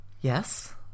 Yes